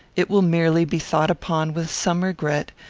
it will merely be thought upon with some regret,